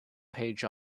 page